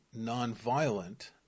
nonviolent